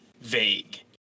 vague